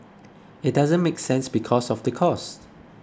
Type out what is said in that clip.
it doesn't make sense because of the cost